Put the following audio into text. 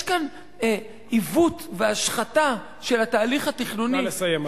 יש כאן עיוות והשחתה של התהליך התכנוני, נא לסיים.